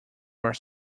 are